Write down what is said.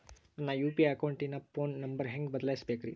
ನನ್ನ ಯು.ಪಿ.ಐ ಅಕೌಂಟಿನ phone number ಹೆಂಗ್ ಬದಲಾಯಿಸ ಬೇಕ್ರಿ?